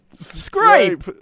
scrape